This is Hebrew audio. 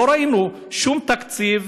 לא ראינו שום תקציב,